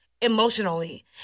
emotionally